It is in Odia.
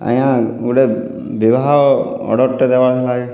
ଆଜ୍ଞା ଗୁଟେ ବିବାହ ଅର୍ଡ଼ରଟେ ଦେବାର ଥିଲା